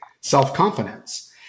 Self-confidence